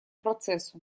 процессу